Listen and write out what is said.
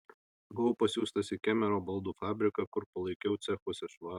buvau pasiųstas į kemero baldų fabriką kur palaikiau cechuose švarą